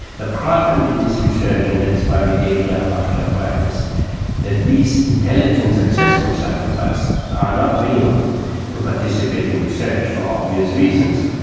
the problem in this research, and that's why we gave it up after a while, is that these intelligent successful psychopaths are not willing to participate in research, for obvious reasons.